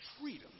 freedom